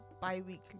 bi-weekly